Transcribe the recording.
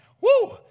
Woo